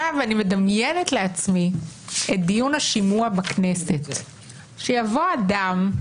אני מדמיינת לעצמי את דיון השימוע בכנסת שיבוא אדם,